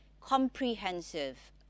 comprehensive